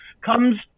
comes